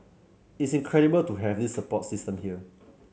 it's incredible to have this support system here